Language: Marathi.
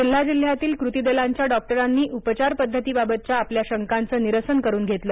जिल्ह्याजिल्ह्यातील कृतीदलांच्या डॉक्टरांनी उपचार पद्धतीबाबतच्या आपल्या शंकांचं निरसन करून घेतलं